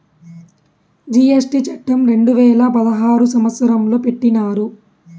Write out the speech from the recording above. GST చట్టం రెండు వేల పదహారు సంవత్సరంలో పెట్టినారు